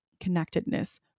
connectedness